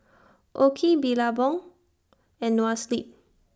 OKI Billabong and Noa Sleep